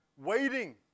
waiting